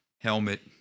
Helmet